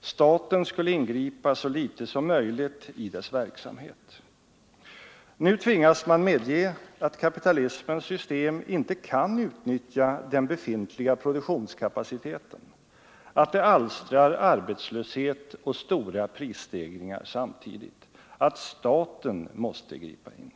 Staten skulle ingripa så litet som möjligt i dess verksamhet. Nu tvingas man medge att kapitalismens system inte kan utnyttja den befintliga produktionskapaciteten, att det alstrar arbetslöshet och stora prisstegringar samtidigt, att staten måste gripa in.